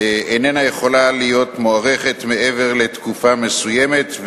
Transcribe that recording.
איננה יכולה להיות מוארכת מעבר לתקופה מסוימת,